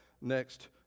next